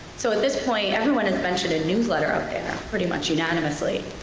so at this point, everyone has mentioned a newsletter update pretty much unanimously.